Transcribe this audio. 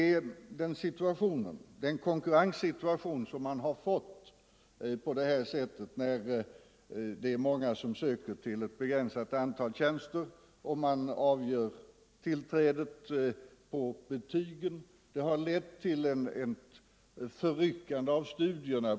Torsdagen den Den konkurrenssituation man fått när många söker till ett begränsat antal 14 november 1974 tjänster och man låter betygen avgöra har lett till ett förryckande av LL studierna.